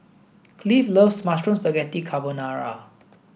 Cleve loves Mushroom Spaghetti Carbonara